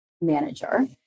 manager